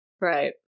Right